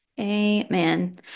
Amen